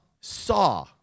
saw